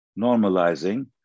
normalizing